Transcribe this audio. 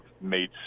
made